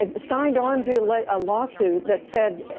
ah signed onto like a lawsuit that said,